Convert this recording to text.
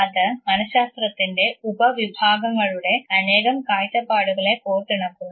അത് മനഃശാസ്ത്രത്തിൻറെ ഉപ വിഭാഗങ്ങളുടെ അനേകം കാഴ്ചപ്പാടുകളെ കോർത്തിണക്കുന്നു